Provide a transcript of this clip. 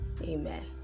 Amen